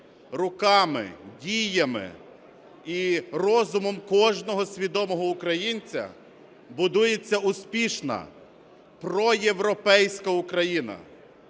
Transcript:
руками, діями і розумом кожного свідомого українця будується успішна проєвропейська Україна.